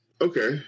okay